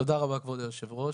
תודה רבה כבוד יושב הראש.